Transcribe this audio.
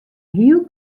hiel